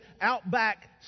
Outback